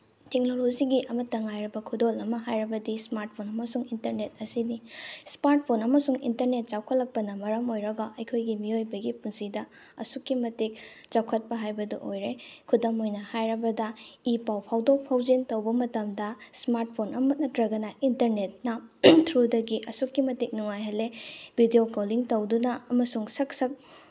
ꯇꯦꯛꯅꯣꯂꯣꯖꯤꯒꯤ ꯑꯃꯠꯇ ꯉꯥꯏꯔꯕ ꯈꯨꯗꯣꯜ ꯑꯃ ꯍꯥꯏꯔꯕꯗꯤ ꯏꯁꯃꯥꯔꯠ ꯐꯣꯟ ꯑꯃꯁꯨꯡ ꯏꯟꯇꯔꯅꯦꯠ ꯑꯁꯤꯅꯤ ꯏꯁꯃꯥꯔꯠ ꯐꯣꯟ ꯑꯃꯁꯨꯡ ꯏꯟꯇꯔꯅꯦꯠ ꯆꯥꯎꯈꯠꯂꯛꯄꯅ ꯃꯔꯝ ꯑꯣꯏꯔꯒ ꯑꯩꯈꯣꯏꯒꯤ ꯃꯤꯑꯣꯏꯕꯒꯤ ꯄꯨꯟꯁꯤꯗ ꯑꯁꯨꯛꯀꯤ ꯃꯇꯤꯛ ꯆꯥꯎꯈꯠꯄ ꯍꯥꯏꯕꯗꯣ ꯑꯣꯏꯔꯦ ꯈꯨꯗꯝ ꯑꯣꯏꯅ ꯍꯥꯏꯔꯕꯗ ꯏ ꯄꯥꯎ ꯐꯥꯎꯗꯣꯛ ꯐꯥꯎꯖꯤꯟ ꯇꯧꯕ ꯃꯇꯝꯗ ꯏꯁꯃꯥꯔꯠ ꯐꯣꯟ ꯑꯃ ꯅꯠꯇ꯭ꯔꯒꯅ ꯏꯟꯇꯔꯅꯦꯠꯅ ꯊ꯭ꯔꯨꯗꯒꯤ ꯑꯁꯨꯛꯀꯤ ꯃꯇꯤꯛ ꯅꯨꯡꯉꯥꯏꯍꯜꯂꯦ ꯕꯤꯗꯤꯑꯣ ꯀꯣꯜꯂꯤꯡ ꯇꯧꯗꯨꯅ ꯑꯃꯁꯨꯡ ꯁꯛ ꯁꯛ